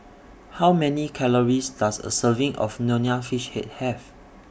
How Many Calories Does A Serving of Nonya Fish Head Have